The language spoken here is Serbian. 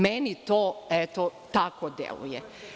Meni to, eto, tako deluje.